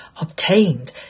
obtained